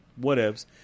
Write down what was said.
whatevs